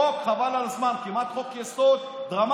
חוק חבל על הזמן, כמעט חוק-יסוד דרמטי.